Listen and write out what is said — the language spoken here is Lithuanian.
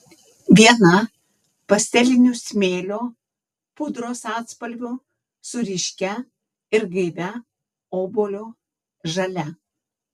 viena pastelinių smėlio pudros atspalvių su ryškia ir gaivia obuolio žalia